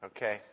Okay